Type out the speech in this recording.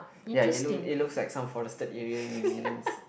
ya it look it looks like some forested area in New Zealand's